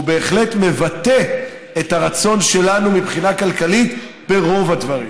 והוא בהחלט מבטא את הרצון שלנו מבחינה כלכלית ברוב הדברים.